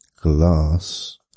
glass